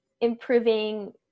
improving